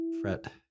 fret